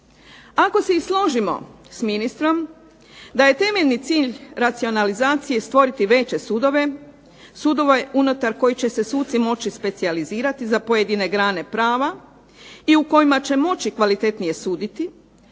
Ako se i složimo s ministrom, da je temeljni cilj racionalizacije stvoriti veće sudove, sudove unutar kojih će se suci moći specijalizirati za pojedine grane prava, i u kojima će moći kvalitetnije suditi,